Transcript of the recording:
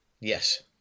Yes